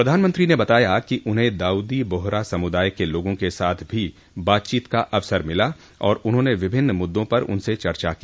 प्रधानमंत्री ने बताया कि उन्हें दाउदी बोहरा समुदाय के लोगों के साथ भी बातचीत का अवसर मिला और उन्होंने विभिन्न मुद्दों पर उनसे चर्चा को